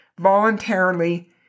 voluntarily